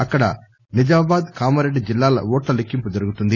అక్కడ నిజామాబాద్ కామారెడ్డి జిల్లాల ఓట్లలెక్కింపు జరుగుతుంది